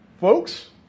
Folks